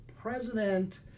president